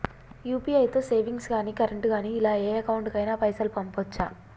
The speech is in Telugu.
యూ.పీ.ఐ తో సేవింగ్స్ గాని కరెంట్ గాని ఇలా ఏ అకౌంట్ కైనా పైసల్ పంపొచ్చా?